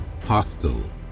hostile